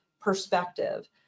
perspective